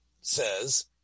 says